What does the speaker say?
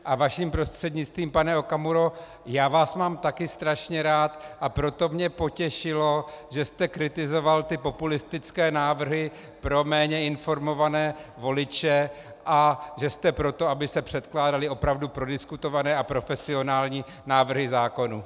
A vaším prostřednictvím pane Okamuro, já vás mám taky strašně rád, a proto mě potěšilo, že jste kritizoval ty populistické návrhy pro méně informované voliče a že jste pro to, aby se předkládaly opravdu prodiskutované a profesionální návrhy zákonů.